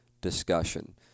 discussion